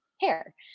hair